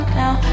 now